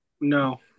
No